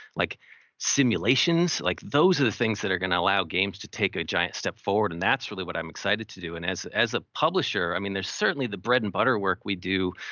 like simulations, like those are the things that are gonna allow games to take a giant step forward. and that's really what i'm excited to do. and as as a publisher, i mean, there's certainly the bread and butter work we do,